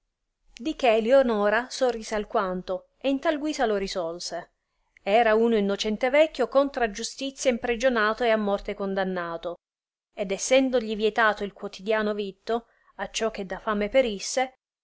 di che lionora sorrise alquanto e in tal guisa lo risolse era uno innocente vecchio contra giustizia impregionato e a morte condannato ed essendogli vietato il quottidiano vitto acciò che da fame perisse